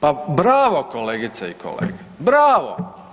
Pa pravo kolegice i kolege, bravo.